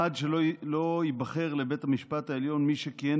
1. שלא ייבחר לבית המשפט העליון מי שכיהן